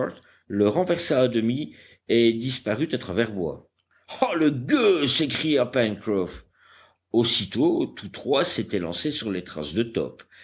le renversa à demi et disparut à travers bois ah le gueux s'écria pencroff aussitôt tous trois s'étaient lancés sur les traces de top